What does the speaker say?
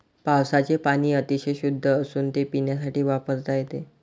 पावसाचे पाणी अतिशय शुद्ध असून ते पिण्यासाठी वापरता येते